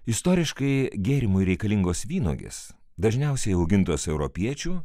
istoriškai gėrimui reikalingos vynuogės dažniausiai augintos europiečių